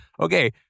Okay